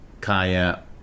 Kaya